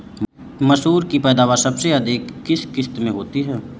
मसूर की पैदावार सबसे अधिक किस किश्त में होती है?